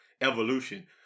evolution